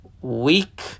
week